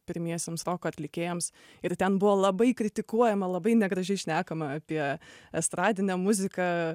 pirmiesiems roko atlikėjams ir ten buvo labai kritikuojama labai negražiai šnekama apie estradinę muziką